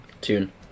Tune